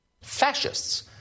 Fascists